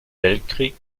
weltkrieg